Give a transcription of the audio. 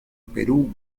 perú